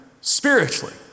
spiritually